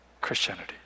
Christianity